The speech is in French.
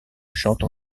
chante